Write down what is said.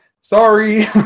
Sorry